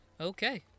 Okay